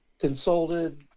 consulted